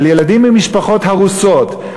על ילדים ממשפחות הרוסות,